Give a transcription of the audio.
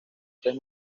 tres